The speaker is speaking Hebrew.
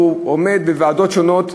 והוא עומד בוועדות שונות,